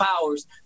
powers